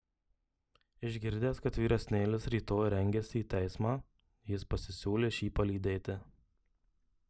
išgirdęs kad vyresnėlis rytoj rengiasi į teismą jis pasisiūlė šį palydėti